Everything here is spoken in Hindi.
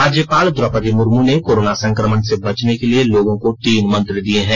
राज्यपाल द्रौपदी मूर्म ने कोरोना संक्रमण से बचने के लिए लोगों को तीन मंत्र दिए है